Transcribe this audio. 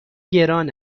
گران